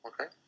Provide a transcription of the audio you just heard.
Okay